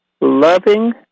loving